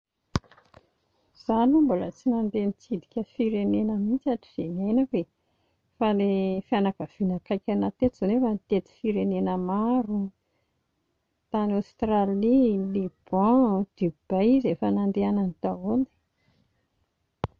Izaho aloha mbola tsy nandeha nitsidika firenena mihintsy hatrizay niainako e, fa ilay fianakaviana akaiky anà tetsy izao no efa nitety firenena maro, tany Aostralia, Liban, Dubai izy efa nandehanany daholo